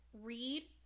Read